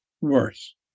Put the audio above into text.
worse